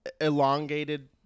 elongated